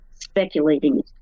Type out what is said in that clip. speculating